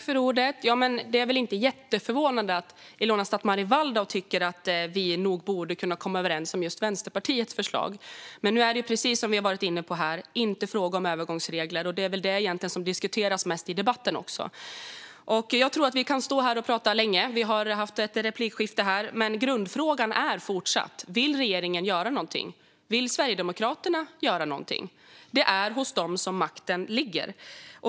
Herr talman! Det är väl inte jätteförvånande att Ilona Szatmári Waldau tycker att vi nog borde kunna komma överens om just Vänsterpartiets förslag. Men nu är det, precis som vi har varit inne på, inte fråga om övergångsregler. Det är väl egentligen det som diskuteras mest i debatten. Jag tror att vi kan stå här och prata längre än i det här replikskiftet, men grundfrågan är fortsatt: Vill regeringen göra någonting? Vill Sverigedemokraterna göra någonting? Det är hos dem som makten ligger.